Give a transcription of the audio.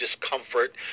discomfort